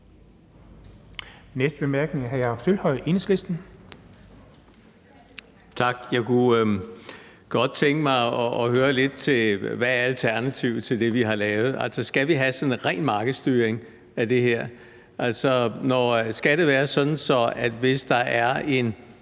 12:08 Jakob Sølvhøj (EL): Tak. Jeg kunne godt tænke mig at høre lidt om, hvad alternativet til det, vi har lavet, er. Altså, skal vi have sådan en ren markedsstyring af det her? Skal det være sådan, at hvis der er